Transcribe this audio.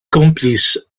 complice